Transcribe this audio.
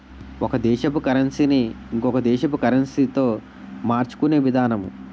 ఒక దేశపు కరన్సీ ని ఇంకొక దేశపు కరెన్సీతో మార్చుకునే విధానము